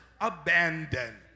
abandoned